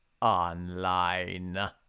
online